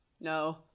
No